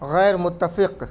غیرمتفق